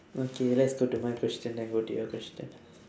okay let's go to my question then go to your question